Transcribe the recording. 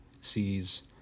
sees